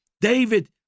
David